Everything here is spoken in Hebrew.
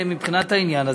מבחינת העניין הזה,